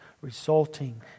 resulting